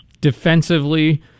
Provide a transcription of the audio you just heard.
Defensively